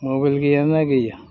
mobile गैयाना गैया